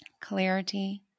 clarity